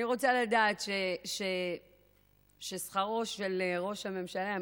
אני רוצה לדעת ששכרו של ראש הממשלה יהיה